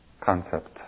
Concept